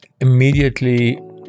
immediately